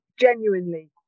Genuinely